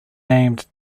named